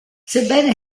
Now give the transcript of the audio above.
sebbene